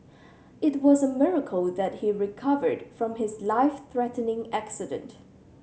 it was a miracle that he recovered from his life threatening accident